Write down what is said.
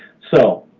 so